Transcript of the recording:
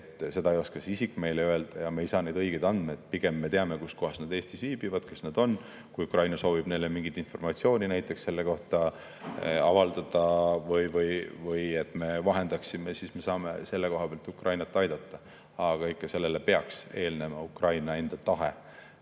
Seda ei oska need isikud meile öelda ja me ei saa õigeid andmeid. Pigem me teame, kus kohas nad Eestis viibivad ja kes nad on. Kui Ukraina soovib neile näiteks mingit informatsiooni selle kohta avaldada või et me seda vahendaksime, siis me saame selle koha pealt Ukrainat aidata. Aga sellele peaks eelnema Ukraina enda tahe,